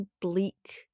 bleak